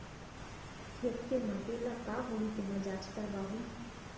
खेत के माटी ल का होही तेमा जाँच करवाहूँ?